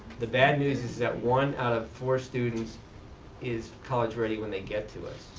the bad news is that one out of four students is college ready when they get to us.